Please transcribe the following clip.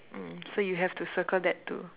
mm so you have to circle that too